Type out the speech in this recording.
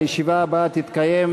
הישיבה הבאה תתקיים,